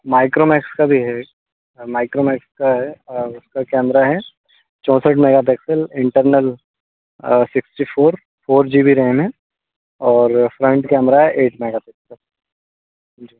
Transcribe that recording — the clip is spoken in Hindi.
माइक्रोमैक्स का भी है माइक्रोमैक्स का है उसका कैमरा है चौंसठ megapixel internal sixty four four G B RAM है और फ्रंट कैमरा है एट मेगापिक्सल जी